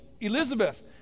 Elizabeth